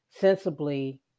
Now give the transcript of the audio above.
sensibly